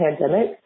pandemic